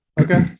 Okay